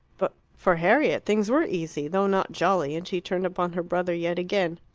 but for harriet things were easy, though not jolly, and she turned upon her brother yet again.